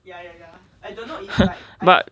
but